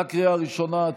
בקריאה הראשונה.